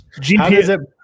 gp